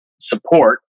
support